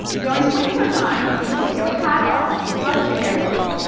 during winter time when you take your hat off, how does your hair look?